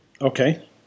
Okay